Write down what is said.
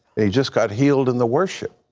he just got healed in the worship.